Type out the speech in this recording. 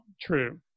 true